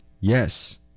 yes